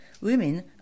women